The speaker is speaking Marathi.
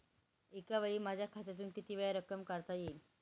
एकावेळी माझ्या खात्यातून कितीवेळा रक्कम काढता येईल?